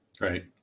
Right